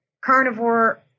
carnivore